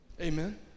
Amen